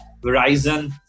Verizon